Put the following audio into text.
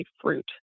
fruit